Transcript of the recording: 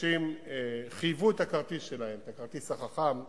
אנשים חייבו את הכרטיס שלהם, הכרטיס החכם שלהם,